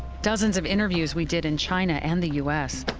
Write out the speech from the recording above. dozens of interviews we did in china and the u s.